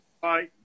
Bye